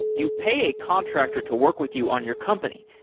you pay a contractor to work with you on your company,